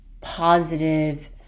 positive